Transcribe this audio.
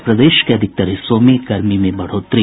और प्रदेश के अधिकांश हिस्सों में गर्मी में बढ़ोतरी